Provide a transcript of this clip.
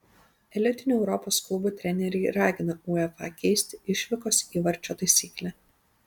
elitinių europos klubų treneriai ragina uefa keisti išvykos įvarčio taisyklę